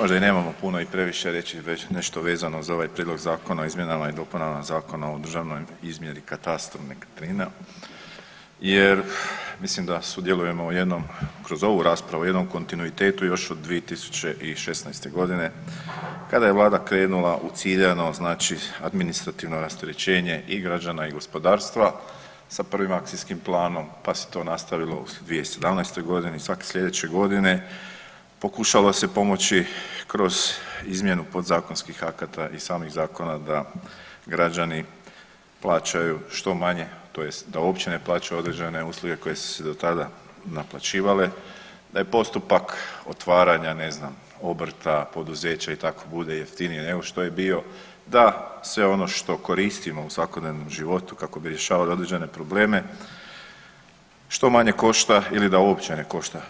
Možda i nemamo puno i previše reći nešto vezano za ovaj Prijedlog zakona o izmjeni i dopuni Zakona o državnoj izmjeri i katastru nekretnina jer mislim da sudjelujemo kroz ovu raspravu o jednom kontinuitetu još od 2016.g. kada je Vlada krenula u ciljano administrativno rasterećenje i građana i gospodarstva sa prvim akcijskim planom, pa se to nastavilo u 2017.g. Svake sljedeće godine pokušalo se pomoći kroz izmjenu podzakonskih akata i samih zakona da građani plaćaju što manje, tj. da uopće ne plaćaju određene usluge koje su se do tada naplaćivale, da je postupak otvaranja ne znam obrta, poduzeća i tako bude jeftinije nego što je bio, da sve ono što koristimo u svakodnevnom životu kako bi rješavali određene probleme što manje košta ili da uopće ne košta